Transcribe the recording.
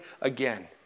again